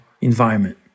environment